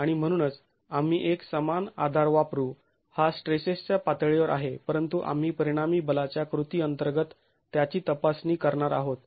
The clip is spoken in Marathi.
आणि म्हणूनच आम्ही एक समान आधार वापरू हा स्ट्रेसेसच्या पातळीवर आहे परंतु आम्ही परिणामी बलाच्या कृती अंतर्गत त्याची तपासणी करणार आहोत